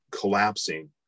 collapsing